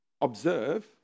observe